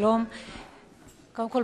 קודם כול,